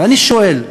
ואני שואל,